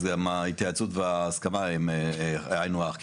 אז ההתייעצות וההסכמה הן היינו הך,